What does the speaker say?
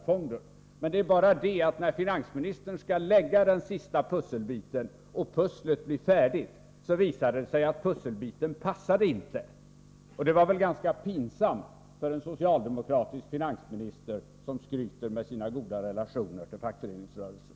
Den biten heter löntagarfonder. Men när pusslet blir färdigt, visar det sig att den sista pusselbiten inte passar. Det borde vara ganska pinsamt för den socialdemokratiska finansministern, som skryter med sina goda relationer till fackföreningsrörelsen.